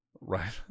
Right